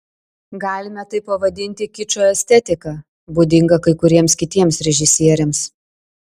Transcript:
galime tai pavadinti kičo estetika būdinga kai kuriems kitiems režisieriams